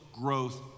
growth